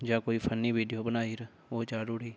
जां कोई funny video बनाई ओह् चाड़ी ओड़ी